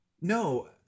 no